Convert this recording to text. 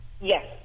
Yes